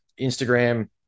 Instagram